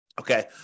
Okay